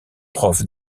prof